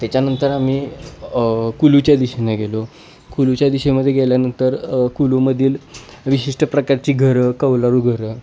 तेच्यानंतर आम्ही कुलूच्या दिशेनं गेलो कुलूच्या दिशेमध्ये गेल्यानंतर कुलूमधील विशिष्ट प्रकारची घरं कौलारू घरं